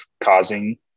causing